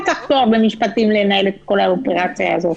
תואר במשפטים כדי לנהל את כל האופרציה הזאת.